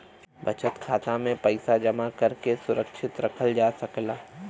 बचत खाता में पइसा जमा करके सुरक्षित रखल जा सकला